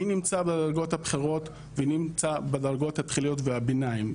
מי נמצא בדרגות הבכירות ומי נמצא בדרגות התחיליות והביניים.